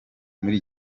muri